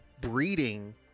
breeding